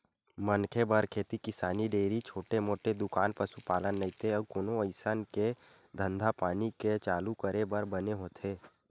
मनखे बर खेती किसानी, डेयरी, छोटे मोटे दुकान, पसुपालन नइते अउ कोनो अइसन के धंधापानी के चालू करे बर बने होथे